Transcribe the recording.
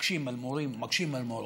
מקשים על מורים ומקשים על מורות.